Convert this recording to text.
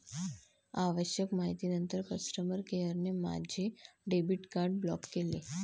आवश्यक माहितीनंतर कस्टमर केअरने माझे डेबिट कार्ड ब्लॉक केले